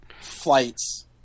flights